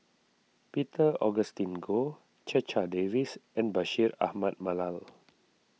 Peter Augustine Goh Checha Davies and Bashir Ahmad Mallal